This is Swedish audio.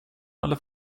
eller